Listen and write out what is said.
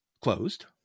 closed